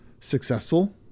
successful